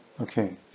okay